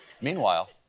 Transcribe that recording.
Meanwhile